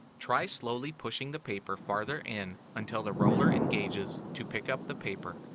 try slowly pushing the paper farther in until the roller engages to pick up the paper.